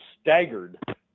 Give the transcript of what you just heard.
staggered